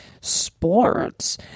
sports